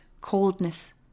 coldness